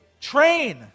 Train